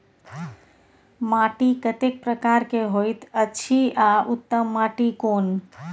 माटी कतेक प्रकार के होयत अछि आ उत्तम माटी कोन?